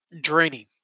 draining